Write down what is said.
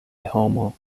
homo